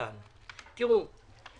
אני לא מתנגד לוועדת חקירה ממלכתית,